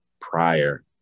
prior